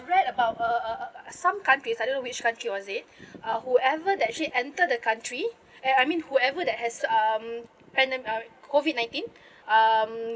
read about uh uh uh some countries I don't know which country was it uh whoever that actually enter the country eh I mean whoever that has um pandem~ uh COVID nineteen um